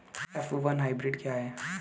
F one hybrid क्या है?